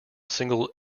single